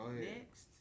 next